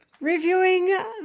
Reviewing